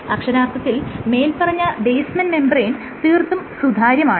അക്ഷരാർത്ഥത്തിൽ മേല്പറഞ്ഞ basement membrane തീർത്തും സുതാര്യമാണ്